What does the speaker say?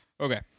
Okay